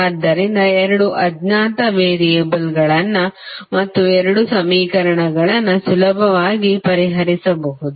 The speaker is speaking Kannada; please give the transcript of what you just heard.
ಆದ್ದರಿಂದ ಎರಡು ಅಜ್ಞಾತ ವೇರಿಯೇಬಲ್ಗಳನ್ನು ಮತ್ತು ಎರಡು ಸಮೀಕರಣಗಳನ್ನು ಸುಲಭವಾಗಿ ಪರಿಹರಿಸಬಹುದು